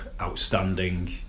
outstanding